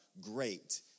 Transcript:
great